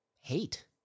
hate